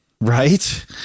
Right